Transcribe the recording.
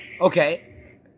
Okay